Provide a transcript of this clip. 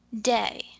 day